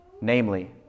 Namely